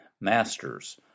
Masters